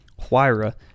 Huayra